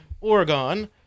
Oregon